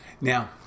Now